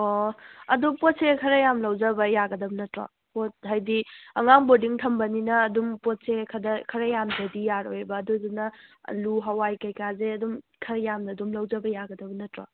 ꯑꯣ ꯑꯗꯣ ꯄꯣꯠꯁꯦ ꯈꯔ ꯌꯥꯝ ꯂꯧꯖꯕ ꯌꯥꯒꯗꯕ ꯅꯠꯇ꯭ꯔꯣ ꯄꯣꯠ ꯍꯥꯏꯗꯤ ꯑꯉꯥꯡ ꯕꯣꯔꯗꯤꯡ ꯊꯝꯕꯅꯤꯅ ꯑꯗꯨꯝ ꯄꯣꯠꯁꯦ ꯈꯔ ꯌꯥꯝꯗ꯭ꯔꯗꯤ ꯌꯥꯔꯣꯏꯑꯕ ꯑꯗꯨꯗꯨꯅ ꯑꯂꯨ ꯍꯋꯥꯏ ꯀꯩꯀꯥꯁꯦ ꯑꯗꯨꯝ ꯈꯔ ꯌꯥꯝꯅ ꯑꯗꯨꯝ ꯂꯧꯖꯕ ꯌꯥꯒꯗꯕ ꯅꯠꯇ꯭ꯔꯣ